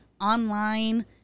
online